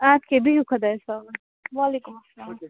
اَدٕ کیٛاہ بِہِو خۄدایَس حوال وعلیکُم اسَلام